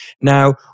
Now